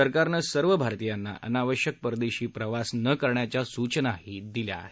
सरकारनं सर्व भारतीयांना अनावश्यक परदेशी प्रवास न करण्याच्या सूचना दिल्या आहेत